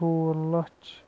ژور لَچھ